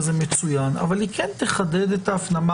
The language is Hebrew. זה מצוין אבל היא כן תחדד את ההפנמה